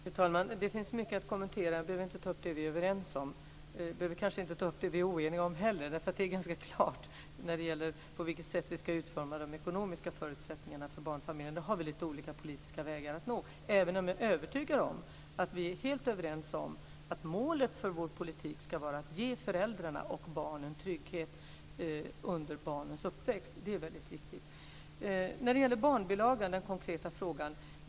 Fru talman! Det finns mycket att kommentera. Jag behöver inte ta upp det vi är överens om. Jag behöver kanske inte heller ta upp det vi är oeniga om. Det är ganska klart när det gäller på vilket sätt vi ska utforma de ekonomiska förutsättningarna för barnfamiljer. Där har vi olika politiska vägar, även om jag är övertygad om att vi är helt överens om att målet för vår politik ska vara att ge föräldrar och barn trygghet under barnens uppväxt. Det är väldigt viktigt. Så till den konkreta frågan om en barnbilaga.